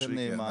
שייתן מענה.